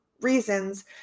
reasons